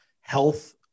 health